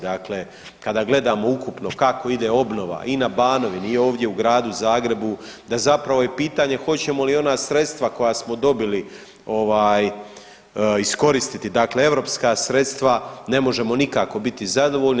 Dakle, kada gledamo ukupno kako ide obnova i na Banovini i ovdje u Gradu Zagrebu da zapravo je pitanje hoćemo li i ona sredstva koja smo dobili iskoristiti dakle europska sredstva ne možemo nikako biti zadovoljni.